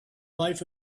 life